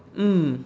mm